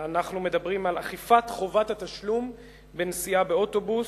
אנחנו מדברים על אכיפת חובת התשלום בנסיעה באוטובוס.